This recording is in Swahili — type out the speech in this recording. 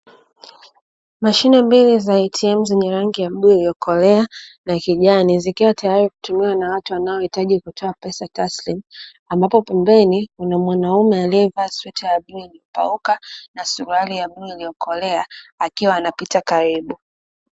Mashine mbili za ATM zenye rangi ya bluu iliyokolea na kijani, zikiwa tayari kutumiwa na watu wanaohitaji kutoa pesa taslimu, ambapo pembeni kuna mwanaume aliyevaa sweta ya bluu iliyopauka, na suruali ya bluu iliyokolea akiwa anapita karibu.